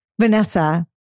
Vanessa